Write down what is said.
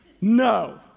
No